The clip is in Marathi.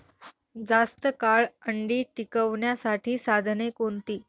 जास्त काळ अंडी टिकवण्यासाठी साधने कोणती?